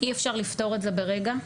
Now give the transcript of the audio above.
אי אפשר לפתור את זה ברגע.